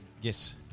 yes